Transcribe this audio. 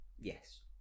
Yes